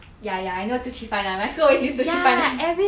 ya ya I know two three five nine my school always use two three five nine